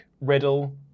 Riddle